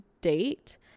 date